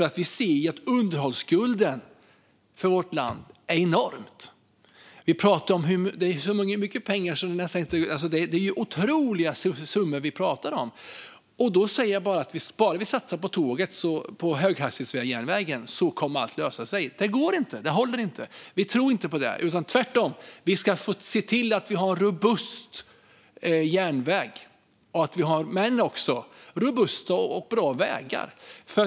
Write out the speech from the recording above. Vi ser att underhållsskulden i vårt land är enorm. Det är otroliga summor vi pratar om. Då går det inte att säga att allt kommer att lösa sig bara vi satsar på höghastighetsjärnvägen. Det håller inte. Vi tror inte på det, tvärtom. Vi ska se till att vi har en robust järnväg, men också robusta och bra vägar.